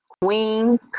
Queen